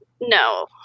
No